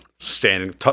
Standing